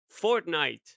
Fortnite